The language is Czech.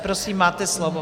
Prosím, máte slovo.